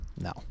No